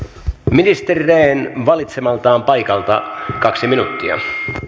ministeri rehn valitsemaltaan paikalta kaksi minuuttia